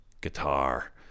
guitar